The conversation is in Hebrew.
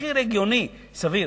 במחיר הגיוני, סביר.